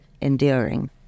enduring